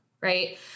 right